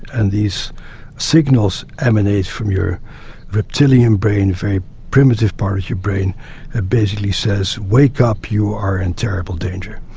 and these signals emanate from your reptilian brain, a very primitive part of your brain that basically says, wake up, you are in terrible danger.